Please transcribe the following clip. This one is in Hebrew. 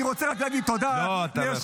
אני רוצה להגיד תודה -- לא, אתה לא יכול.